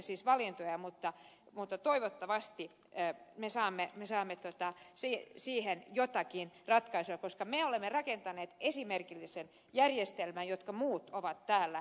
siis vaikeita valintoja mutta toivottavasti me saamme siihen jotakin ratkaisua koska me olemme rakentaneet esimerkillisen järjestelmän jota muut ovat täällä ihailleet